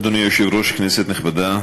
אדוני היושב-ראש, כנסת נכבדה,